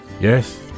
Yes